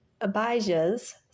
Abijah's